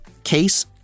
Case